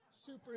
Super